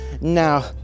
now